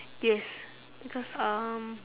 yes because um